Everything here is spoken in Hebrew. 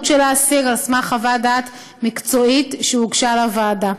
של האסיר על סמך חוות דעת מקצועית שהוגשה לוועדה.